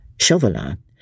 Chauvelin